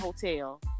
hotel